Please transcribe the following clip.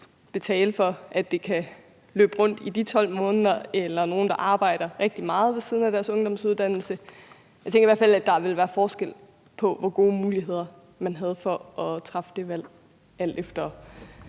betale for, at det kan løbe rundt i de 12 måneder, eller nogle, der arbejder rigtig meget ved siden af deres ungdomsuddannelse? Jeg tænker i hvert fald, at der vil være forskel på, hvor gode muligheder man har for at træffe det valg. &#xE;